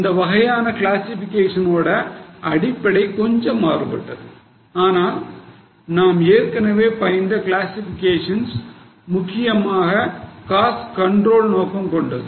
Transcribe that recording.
இந்த வகையான கிளாசிஃபிகேஷனோட அடிப்படை கொஞ்சம் மாறுபட்டது ஆனால் நாம் ஏற்கனவே பயின்ற கிளாசிஃபிகேஷன்ஸ் முக்கியமாக காஸ்ட் கண்ட்ரோல் நோக்கம் கொண்டது